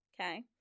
okay